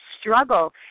struggle